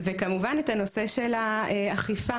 וכמובן הנושא של האכיפה